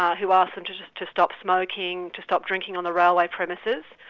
um who asked them to to stop smoking, to stop drinking on the railway premises,